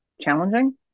challenging